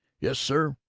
yes, sir,